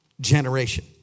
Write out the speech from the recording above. generation